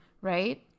right